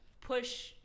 push